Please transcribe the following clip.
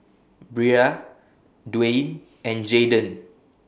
Brea Dwain and Jayden